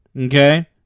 Okay